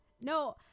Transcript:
No